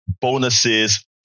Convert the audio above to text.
bonuses